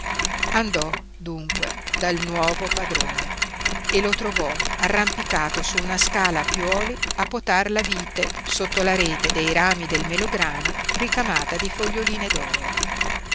andò dunque dal nuovo padrone e lo trovò arrampicato su una scala a piuoli a potar la vite sotto la rete dei rami del melograno ricamata di foglioline